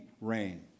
rain